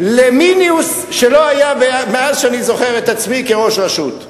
למינוס שלא היה מאז שאני זוכר את עצמי כראש רשות.